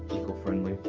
eco-friendly.